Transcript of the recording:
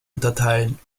unterteilen